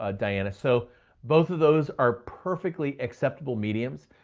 ah diana. so both of those are perfectly acceptable mediums.